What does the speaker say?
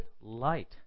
light